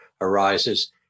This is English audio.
arises